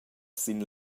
sin